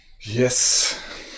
yes